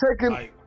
taking